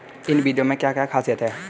इन बीज में क्या क्या ख़ासियत है?